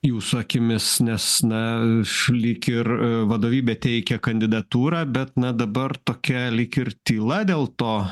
jūsų akimis nes na lyg ir ir vadovybė teikia kandidatūrą bet na dabar tokia lyg ir tyla dėl to